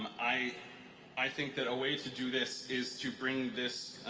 i i think that a way to do this is to bring this